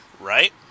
right